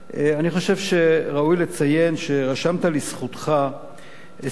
אני חושב שראוי לציין שרשמת לזכותך הישגים